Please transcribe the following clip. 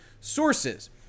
sources